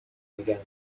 میگم